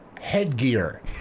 headgear